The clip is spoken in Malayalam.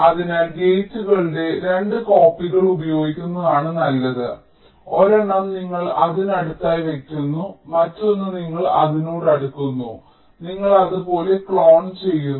അതിനാൽ ഗേറ്റുകളുടെ 2 കോപ്പികൾ ഉപയോഗിക്കുന്നതാണ് നല്ലത് ഒരെണ്ണം നിങ്ങൾ അതിനടുത്തായി വയ്ക്കുന്നു മറ്റൊന്ന് നിങ്ങൾ അതിനോട് അടുക്കുന്നു നിങ്ങൾ അത് പോലെ ക്ലോൺ ചെയ്യുന്നു